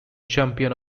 champion